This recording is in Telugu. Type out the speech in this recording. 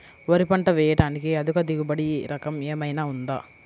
వరి పంట వేయటానికి అధిక దిగుబడి రకం ఏమయినా ఉందా?